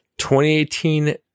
2018